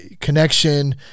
Connection